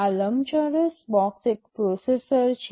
આ લંબચોરસ બોક્સ એક પ્રોસેસર છે